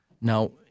Now